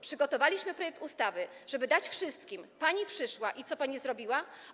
Przygotowaliśmy projekt ustawy, żeby dać wszystkim, pani przyszła i co pani zrobiła?